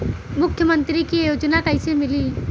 मुख्यमंत्री के योजना कइसे मिली?